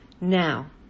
Now